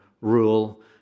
rule